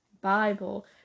Bible